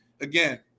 again